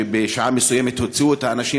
שבשעה מסוימת הוציאו את האנשים,